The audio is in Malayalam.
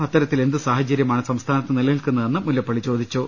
അത്തരത്തിൽ എന്തു സാഹചര്യമാണ് സംസ്ഥാനത്ത് നിലനിൽക്കുന്നതെന്ന് മുല്ല പ്പള്ളി ചോദിച്ചു